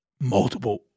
Multiple